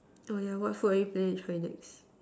oh yeah what food are you planning to try next